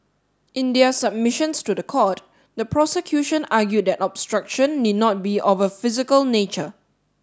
in their submissions to the court the prosecution argued that obstruction need not be of a physical nature